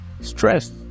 stress